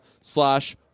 slash